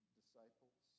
disciples